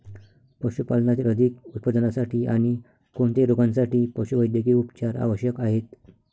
पशुपालनातील अधिक उत्पादनासाठी आणी कोणत्याही रोगांसाठी पशुवैद्यकीय उपचार आवश्यक आहेत